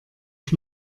ich